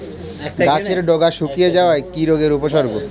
গাছের ডগা শুকিয়ে যাওয়া কি রোগের উপসর্গ?